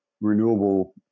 renewable